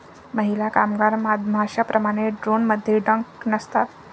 महिला कामगार मधमाश्यांप्रमाणे, ड्रोनमध्ये डंक नसतात